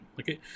Okay